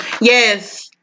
Yes